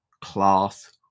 class